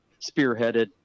spearheaded